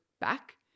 back